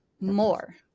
more